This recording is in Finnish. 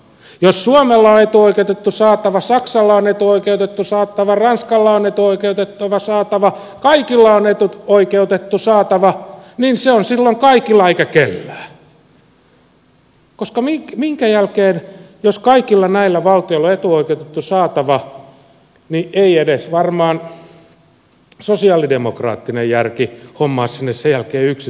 jos suomella on etuoikeutettu saatava saksalla on etuoikeutettu saatava ranskalla on etuoikeutettu saatava kaikilla on etuoikeutettu saatava niin se on silloin kaikilla eikä kellään koska jos kaikilla näillä valtioilla on etuoikeutettu saatava niin ei edes varmaan sosialidemokraattinen järki hommaa sinne sen jälkeen yksityistä rahaa